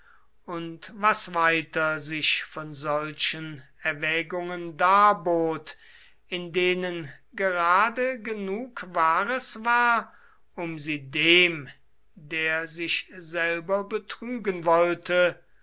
und was weiter sich von solchen erwägungen darbot in denen gerade genug wahres war um sie dem der sich selber betrügen wollte